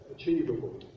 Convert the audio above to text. achievable